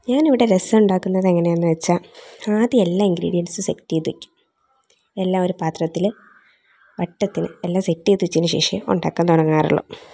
ഞാനിവിടെ രസം ഉണ്ടാക്കുന്നത് എങ്ങനെയാന്നു വെച്ചാൽ ആദ്യം എല്ലാ ഇൻഗ്രേടിയൻറ്റ്സും സെറ്റ് ചെയ്ത് വെക്കും എല്ലാം ഒരു പാത്രത്തിൽ വട്ടത്തിന് എല്ലാം സെറ്റ് ചെയ്ത് വെച്ചതിന് ശേഷമേ ഉണ്ടാക്കാൻ തുടങ്ങാറുള്ളൂ